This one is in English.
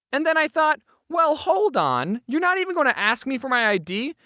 and then i thought, well, hold on you're not even going to ask me for my id?